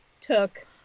took